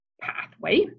pathway